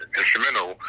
instrumental